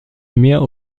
mehr